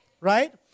Right